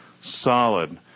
solid